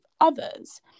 others